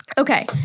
Okay